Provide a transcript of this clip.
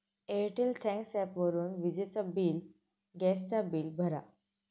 Airtel thanks ॲपवरून विजेचा bill, gas चा बिल भरा